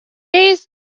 days